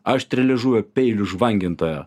aštrialiežuvio peilių žvangintojo